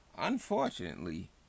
Unfortunately